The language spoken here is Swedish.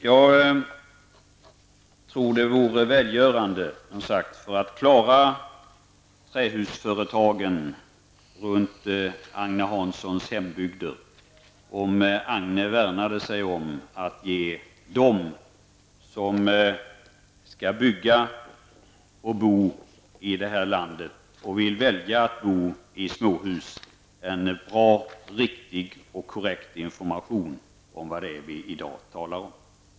Herr talman! Jag tror att det för att klara trähusföretagen runt Agne Hanssons hembygder vore välgörande om Agne Hansson värnade om att ge dem som skall bygga och bo i det här landet, och väljer att bo i småhus, en bra och riktig information om det som vi i dag talar om.